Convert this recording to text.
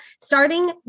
starting